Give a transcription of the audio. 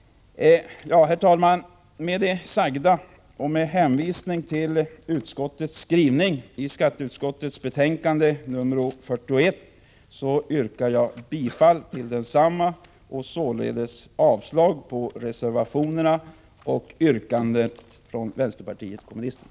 Herr talman! Med det sagda och med hänvisning till utskottets skrivning i skatteutskottets betänkande 41 yrkar jag bifall till utskottets hemställan och således avslag på reservationerna och på yrkandet från vänsterpartiet kommunisterna.